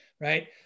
Right